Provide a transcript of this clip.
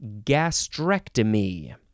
gastrectomy